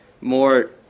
more